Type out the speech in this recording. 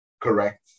correct